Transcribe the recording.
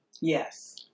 Yes